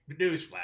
Newsflash